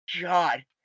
god